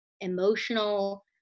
emotional